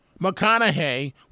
McConaughey